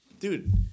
Dude